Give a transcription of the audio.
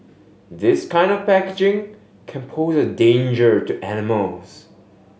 this kind of packaging can pose a danger to animals